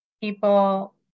people